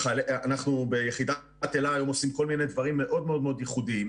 אנחנו ביחידת "אלה" עושים כל מיני דברים מאוד מאוד ייחודיים,